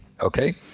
Okay